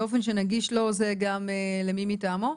באופן שנגיש לו, זה גם למי מטעמו?